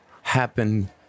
happen